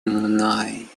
мной